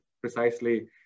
precisely